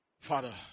Father